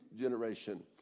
generation